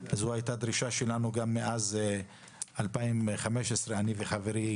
זו הייתה דרישה שלנו מאז שנת 2015, שלי ושל חברי